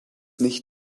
nicht